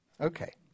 Okay